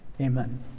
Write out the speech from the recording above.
Amen